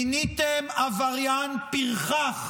מיניתם עבריין פרחח